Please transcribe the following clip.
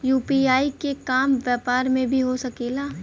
UPI के काम व्यापार में भी हो सके ला?